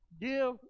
Give